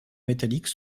métalliques